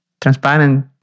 transparent